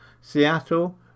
Seattle